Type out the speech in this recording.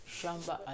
Shamba